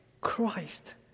Christ